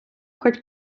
хоть